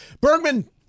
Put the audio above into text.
Bergman